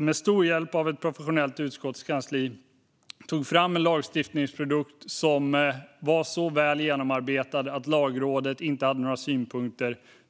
med stor hjälp av ett professionellt utskottskansli, tog fram en lagstiftningsprodukt som var så väl genomarbetad att Lagrådet inte hade några synpunkter.